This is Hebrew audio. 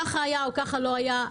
ככה היה או ככה לא היה.